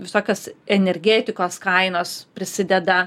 visokios energetikos kainos prisideda